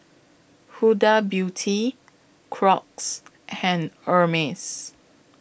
Huda Beauty Crocs and Hermes